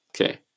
Okay